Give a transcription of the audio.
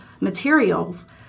materials